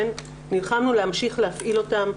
נלחמנו להמשיך להפעיל אותן,